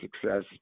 success